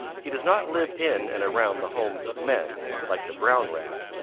he does not live in and around the homes of men, like the brown rat,